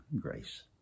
grace